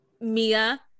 Mia